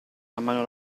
amano